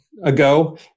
ago